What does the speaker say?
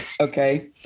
okay